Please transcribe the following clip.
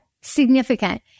significant